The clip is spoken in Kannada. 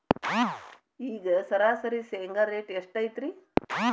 ಈಗ ಸರಾಸರಿ ಶೇಂಗಾ ರೇಟ್ ಎಷ್ಟು ಐತ್ರಿ?